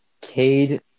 Cade